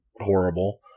horrible